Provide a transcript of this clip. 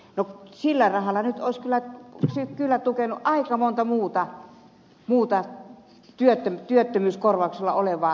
no sillä rahalla nyt olisi kyllä tukenut aika montaa muuta työttömyyskorvauksella olevaa